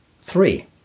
Three